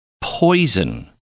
poison